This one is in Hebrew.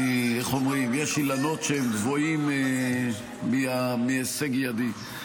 איך אומרים, יש אילנות שהם גבוהים מהישג ידי.